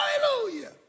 Hallelujah